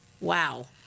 wow